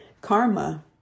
karma